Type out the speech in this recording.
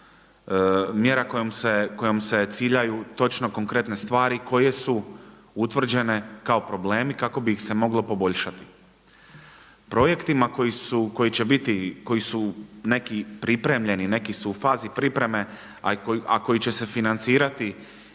mjera kojom se ciljaju točno konkretne stvari koje su utvrđene kao problemi kako bi ih se moglo poboljšati. Projektima koji će biti, koji su neki pripremljeni, neki su u fazi pripreme, a koji će se financirati